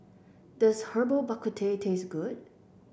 does Herbal Bak Ku Teh taste good